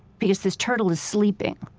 because this turtle is sleeping,